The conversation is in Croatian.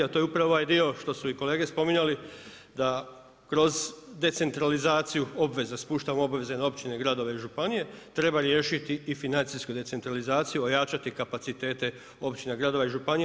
A to je upravo ovaj dio što su i kolege spominjali, da kroz decentralizaciju obveza, spuštam obveze na općine, gradove i županije, treba riješiti i financijsku decentralizaciju, ojačati kapacitete, općina, gradova i županija.